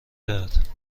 دهد